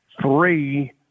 Three